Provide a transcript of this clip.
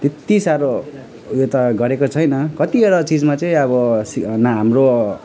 त्यत्ति साह्रो उयो त गरेको छैन कतिवटा चिजमा चाहिँ अब चाहिँ ना हाम्रो